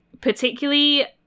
particularly